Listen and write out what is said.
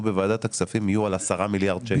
בוועדת הכספים יהיו על 10 מיליארד שקלים.